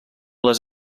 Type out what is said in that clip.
les